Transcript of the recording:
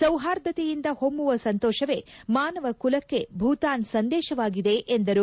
ಸೌಹಾರ್ಧತೆಯಿಂದ ಹೊಮ್ಮುವ ಸಂತೋಷವೇ ಮಾನವಕುಲಕ್ಷೆ ಭೂತಾನ್ ಸಂದೇಶವಾಗಿದೆ ಎಂದರು